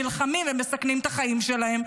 נלחמים ומסכנים את החיים שלהם.